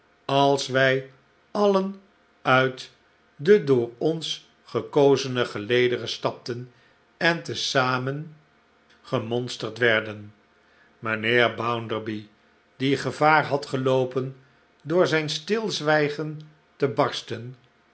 als wij alien uit de door ons gekozene gelederen stapten en te zamen gemonsterd werden mijnheer bounderby die gevaar had geloopen door zijn stilzwygen te barsten